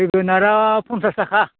जोगोनारआ फनसास थाखा